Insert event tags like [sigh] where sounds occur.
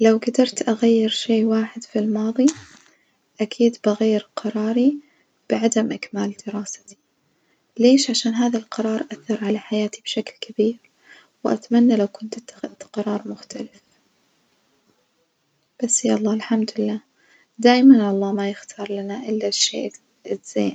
لو جدرت أغير شي واحد في الماظي أكيد بغير قراري بعدم إكمال دراستي، ليش؟ عشان هذا القرار أثر على حياتي بشكل كبير وأتمنى لو كنت إتخذت قرار مختلف، بس يلا الحمدلله دايمًا الله ما يختار لنا إلا الشي [hesitation] الزين.